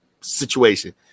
situation